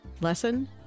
Lesson